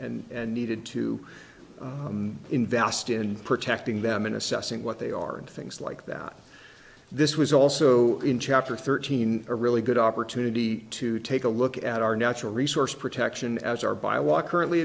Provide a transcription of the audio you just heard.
and needed to invest in protecting them in assessing what they are and things like that this was also in chapter thirteen or really good opportunity to take a look at our natural resource protection as our by a walk currently